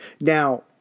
Now